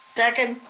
second.